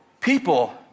people